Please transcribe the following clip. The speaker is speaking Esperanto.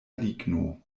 ligno